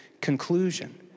conclusion